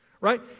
right